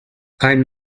ein